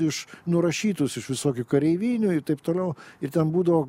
iš nurašytus iš visokių kareivinių ir taip toliau ir ten būdavo